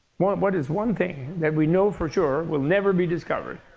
what what is one thing that we know for sure will never be discovered?